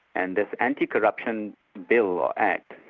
and this anti-corruption bill or act,